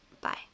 Bye